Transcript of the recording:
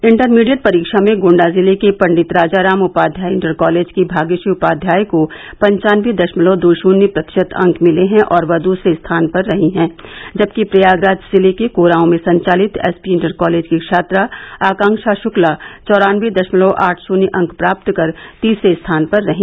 intermediate परीक्षा में गोण्डा जनपद के पंडित राजाराम उपाध्याय इंटर कॉलेज की भाग्यश्री उपाध्याय को पन्चानवे दशमलव दो शून्य प्रतिशत अंक मिले हैं और वह दूसरे स्थान पर रही हैं जबकि प्रयागराज जिले के कोरांव में संचालित एसपी इंटर कॉलेज की छात्रा आकांक्षा शुक्ला चौरानवे दशमलव आठ शून्य अंक प्राप्त कर तीसरे स्थान पर रहीं